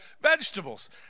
vegetables